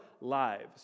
lives